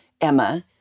Emma